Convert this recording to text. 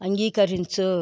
అంగీకరించు